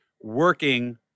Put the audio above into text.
working